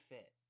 Fit